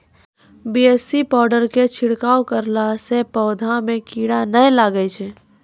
BAC powder के छिड़काव करला से पौधा मे कीड़ा नैय लागै छै?